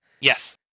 Yes